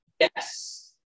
Yes